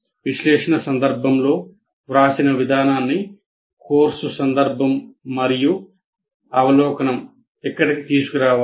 విశ్లేషణ సందర్భం లో వ్రాసిన విధానాన్ని కోర్సు సందర్భం మరియు అవలోకనం ఇక్కడికి తీసుకురావాలి